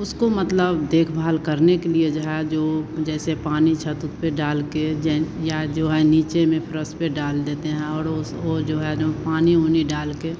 उसको मतलब देखभाल करने के लिए जो है जो जैसे पानी छत उत पर डाल कर जे या जो वहाँ नीचे में फ्रस पर डाल देते हैं और उस वो जो है पानी ऊनी डाल कर